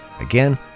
Again